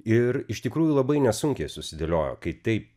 ir iš tikrųjų labai nesunkiai susidėliojo kai taip